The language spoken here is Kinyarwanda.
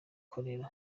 cholera